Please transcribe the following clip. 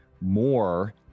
more